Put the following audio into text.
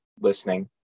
listening